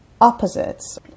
opposites